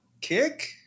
kick